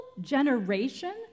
generation